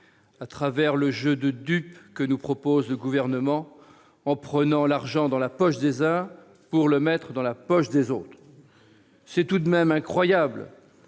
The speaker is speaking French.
à travers le jeu de dupes que nous propose le Gouvernement en prenant l'argent dans la poche des uns pour le mettre dans celle des autres ! C'est tout de même incroyable